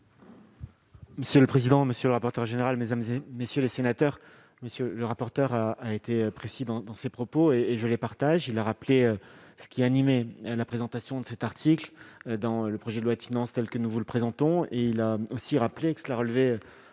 C'est le président, monsieur le rapporteur général, mesdames, messieurs les sénateurs, monsieur le rapporteur a été précis dans ses propos et je les partage, il a rappelé ce qui animait la présentation de cet article dans le projet de loi de finance tels que nous vous le présentons et il a aussi rappelé que cela relevait